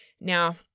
Now